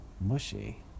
mushy